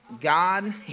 God